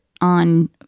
on